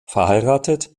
verheiratet